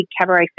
cabaret